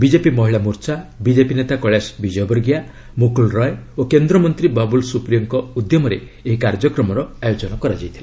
BJP ମହିଳା ମୋର୍ଚ୍ଚା BJP ନେତା କୈଳାଶ ବିଜୟ ବର୍ଗୀୟା ମୁକୁଳ ରୟ ଓ କେନ୍ଦ୍ରମନ୍ତ୍ରୀ ବାବୁଲ ସୁପ୍ରିଓଙ୍କ ଉଦ୍ୟମରେ ଏହି କାର୍ଯ୍ୟକ୍ରମର ଆୟୋଜନ କରାଯାଇଥିଲା